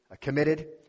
Committed